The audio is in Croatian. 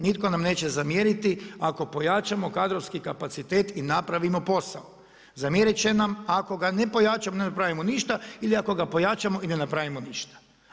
Nitko nam neće zamjeriti ako pojačamo kadrovski kapacitet i napravimo posao, zamjeriti će nam ako ga ne pojačamo i ne napravimo ništa ili ako ga pojačamo i ne napravimo ništa.